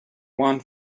one